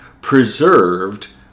preserved